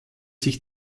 sich